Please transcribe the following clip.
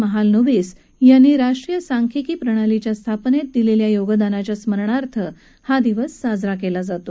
महालनोबिसयांनी राष्ट्रीय सांख्यिकी प्रणालीच्या स्थापनेत दिलेल्या योगदानाच्या स्मरणार्थ हा दिवस साजरा केला जातो